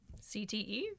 CTE